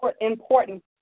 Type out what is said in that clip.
important